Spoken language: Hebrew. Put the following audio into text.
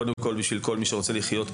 קודם כול בשביל כל מי שרוצה לחיות כאן.